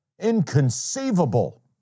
Inconceivable